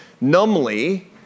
numbly